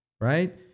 Right